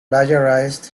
plagiarized